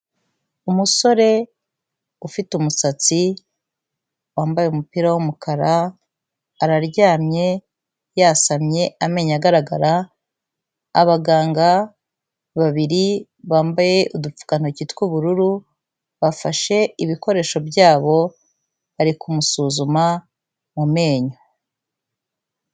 Umusore ufite umusatsi wambaye umupira w'umukara, araryamye yasamye amenyo agaragara, abaganga babiri bambaye udupfukantoki tw'ubururu, bafashe ibikoresho byabo bari kumusuzuma mu menyo.